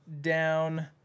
down